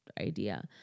idea